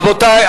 רבותי,